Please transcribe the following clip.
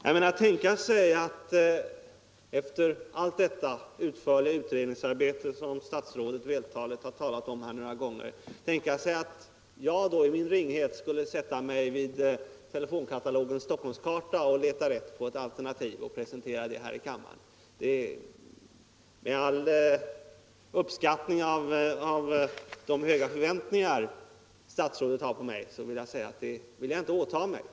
Att tänka sig, efter allt detta utförliga utredningsarbete, som statsrådet vältaligt har berört här några gånger, att jag i min ringhet skulle sätta mig vid telefonkatalogens Stockholmskarta och leta rätt på ett alternativ och presentera det här i kammaren! Med all uppskattning av de höga förväntningar statsrådet har på mig vill jag säga att jag inte åtar mig det.